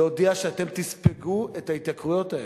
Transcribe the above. להודיע שאתם תספגו את ההתייקרויות האלה,